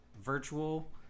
virtual